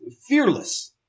Fearless